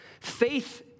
Faith